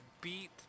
beat